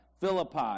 Philippi